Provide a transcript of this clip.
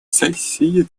сессии